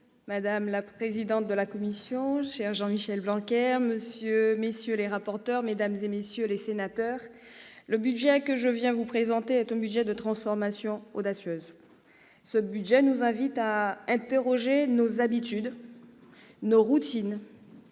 madame la présidente de la commission, cher Jean-Michel Blanquer, messieurs les rapporteurs, mesdames, messieurs les sénateurs, le budget que je viens vous présenter est un budget de transformation audacieuse. Ce budget nous invite à remettre en cause nos habitudes, nos routines,